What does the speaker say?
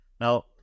Now